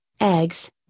eggs